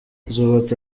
zubatse